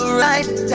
right